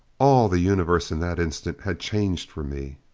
all the universe, in that instant, had changed for me.